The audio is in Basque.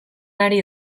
ari